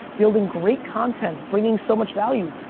building great content, bringing so much value,